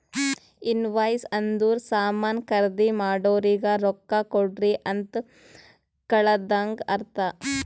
invoice ಅಂದುರ್ ಸಾಮಾನ್ ಖರ್ದಿ ಮಾಡೋರಿಗ ರೊಕ್ಕಾ ಕೊಡ್ರಿ ಅಂತ್ ಕಳದಂಗ ಅರ್ಥ